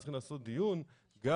צריכים לעשות דיון גם